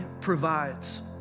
provides